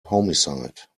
homicide